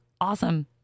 awesome